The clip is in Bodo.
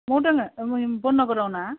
मौ दोङो बर्नगावआव ना